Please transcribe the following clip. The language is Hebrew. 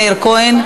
מאיר כהן,